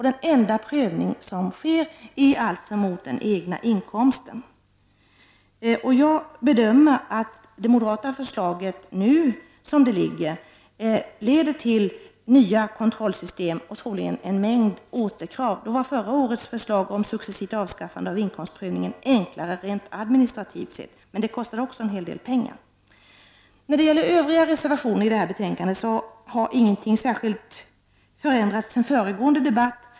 Den enda prövning som sker är prövningen mot den egna inkomsten. Det moderata förslaget som det ser ut i dag leder enligt min bedömning till nya kontrollsystem och troligen en mängd återkrav. Då var förra årets förslag om successivt avskaffande av inkomstprövningen enklare rent administrativt sett. Men det kostade också en hel del pengar. När det gäller övriga reservationer har ingenting förändrats sedan föregående debatt.